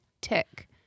tick